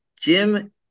Jim